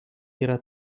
yra